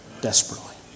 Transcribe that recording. desperately